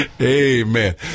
Amen